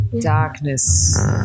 Darkness